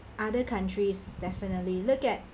other countries definitely look at